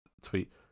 tweet